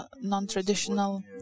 non-traditional